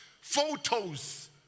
photos